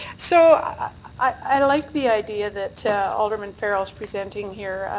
so i like the idea that alderman farrell is presenting here.